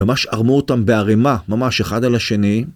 ממש ערמו אותם בערימה ממש אחד על השני